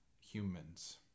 humans